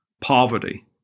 poverty